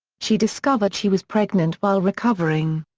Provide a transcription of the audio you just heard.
she discovered she was pregnant while recovering.